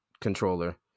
controller